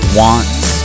wants